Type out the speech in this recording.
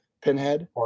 pinhead